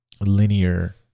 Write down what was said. linear